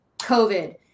COVID